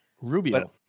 Rubio